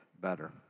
better